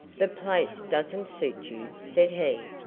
the place doesn't suit you, said he.